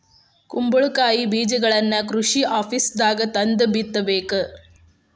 ಕುಂಬಳಕಾಯಿ ಬೇಜಗಳನ್ನಾ ಕೃಷಿ ಆಪೇಸ್ದಾಗ ತಂದ ಬಿತ್ತಬೇಕ